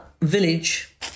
village